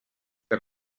per